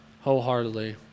wholeheartedly